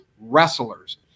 wrestlers